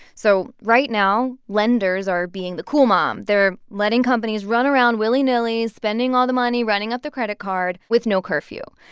so right now lenders are being the cool mom. they're letting companies run around willy-nilly, spending all the money, running up the credit card with no curfew.